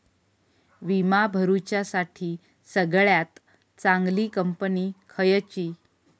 विमा भरुच्यासाठी सगळयात चागंली कंपनी खयची?